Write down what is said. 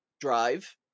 drive